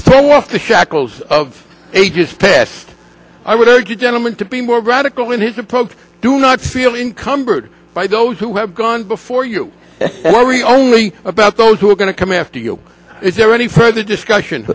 once the shackles of ages past i would argue gentlemen to be more radical in his approach do not feel in cumbered by those who have gone before you or we only about those who are going to come after you is there any further discussion